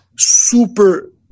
super